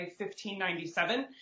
1597